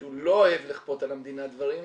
שהוא לא אוהב לכפות על המדינה דברים,